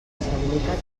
responsabilitat